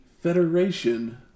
federation